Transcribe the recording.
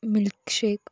milk shake